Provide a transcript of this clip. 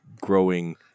growing